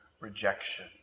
Rejection